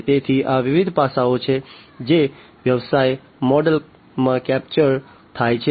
તેથી આ વિવિધ પાસાઓ છે જે વ્યવસાય મોડેલમાં કેપ્ચર થાય છે